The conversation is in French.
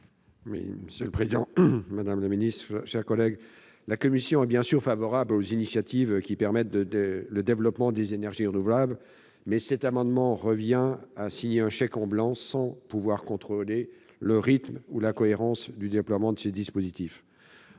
Quel est l'avis de la commission ? La commission est favorable aux initiatives qui permettent le développement des énergies renouvelables, mais ces amendements reviennent à signer un chèque en blanc sans pouvoir contrôler le rythme ou la cohérence du déploiement de ces dispositifs.